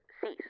cease